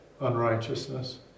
unrighteousness